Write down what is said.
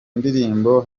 ndirimbo